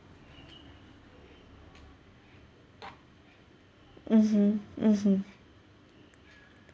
mmhmm mmhmm